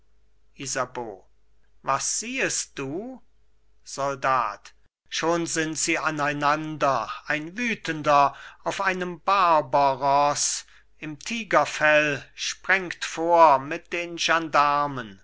isabeau was siehest du soldat schon sind sie aneinander ein wütender auf einem barberroß im tigerfell sprengt vor mit den